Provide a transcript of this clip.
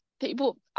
people